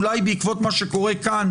אולי בעקבות מה שקורה כאן,